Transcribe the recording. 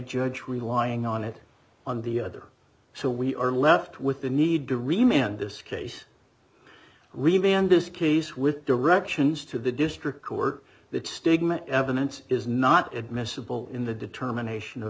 judge relying on it on the other so we are left with the need to re man this case revamp this case with directions to the district court that stigma evidence is not admissible in the determination of